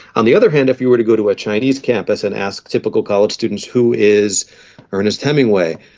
on the other hand, if you were to go to a chinese campus and ask typical college students who is ernest hemingway?